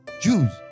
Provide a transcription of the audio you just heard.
Jews